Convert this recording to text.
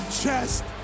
chest